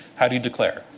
how do you declare?